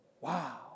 Wow